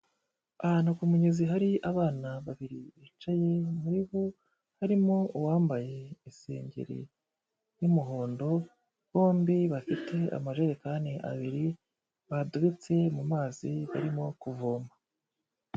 Ahantu ku mugezi hari abana babiri bicaye muri bo harimo uwambaye isengeri y'umuhondo, bombi bafite amajerekani abiri badubitse mu mazi barimo kuvoma.